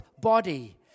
body